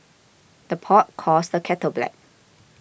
the pot calls the kettle black